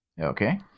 Okay